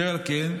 אשר על כן,